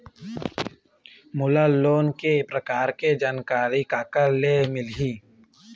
मोला लोन के प्रकार के जानकारी काकर ले मिल ही?